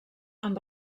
amb